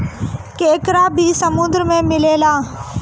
केकड़ा भी समुन्द्र में मिलेला